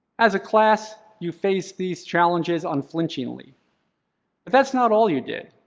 as a class, you've faced these challenges unflinchingly. but that's not all you did.